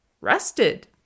rested